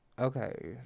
okay